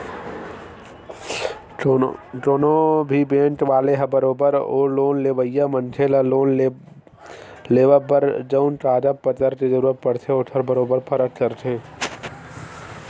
कोनो भी बेंक वाले ह बरोबर ओ लोन लेवइया मनखे ल लोन लेवब बर जउन कागज पतर के जरुरत पड़थे ओखर बरोबर परख करथे